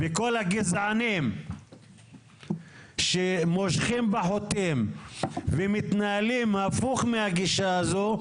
וכל הגזענים שמושכים בחוטים ומתנהלים הפוך מהגישה הזו,